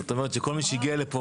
זאת אומרת שכל מי שהגיע לפה,